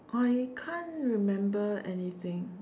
I can't remember anything